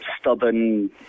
stubborn